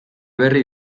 berri